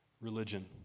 religion